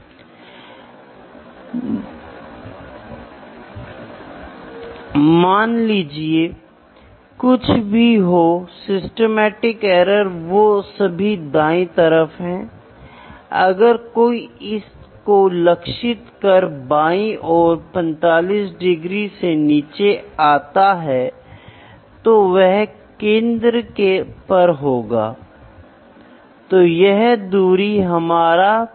इसलिए यदि आप इसे एक योजनाबद्ध आरेख में रखते हैं तो माप की परिभाषा को एक प्रीडिफाइंड स्टैंडर्ड और अननोन मेग्नीट्यूड के बीच मात्रात्मक तुलना प्राप्त करने की प्रक्रिया या कार्य के रूप में परिभाषित किया गया है